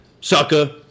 sucker